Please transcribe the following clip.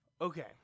Okay